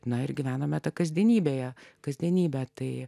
na ir gyvename kasdienybėje kasdienybė tai